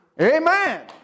Amen